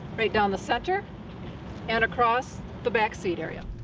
right down the center and across the backseat area.